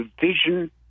Vision